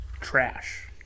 trash